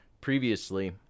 previously